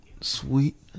sweet